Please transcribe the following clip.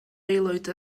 aelwyd